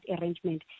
arrangement